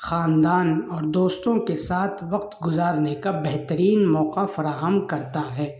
خاندان اور دوستوں کے ساتھ وقت گزارنے کا بہترین موقع فراہم کرتا ہے